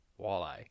walleye